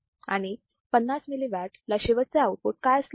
आणि 50 milliwatt ला शेवटचे आउटपुट काय असले असते